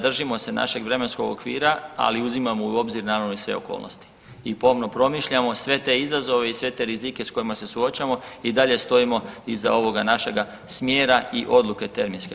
Držimo se našeg vremenskog okvira, ali uzimamo u obzir naravno i sve okolnosti i pomno promišljamo sve te izazove i sve te rizike s kojima se suočavamo i dalje stojimo iza ovoga našega smjera i odluke terminske.